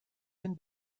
den